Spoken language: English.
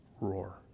roar